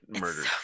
murdered